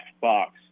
box